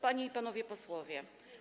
Panie i Panowie Posłowie!